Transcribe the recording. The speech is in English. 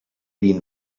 been